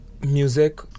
music